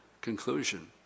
conclusion